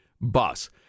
bus